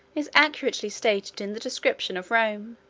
is accurately stated in the description of rome,